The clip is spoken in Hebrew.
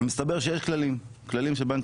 מסתבר שבעניין הזה יש כללים של בנק